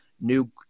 new